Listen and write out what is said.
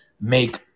make